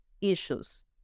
issues